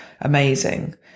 amazing